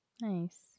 Nice